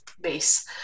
base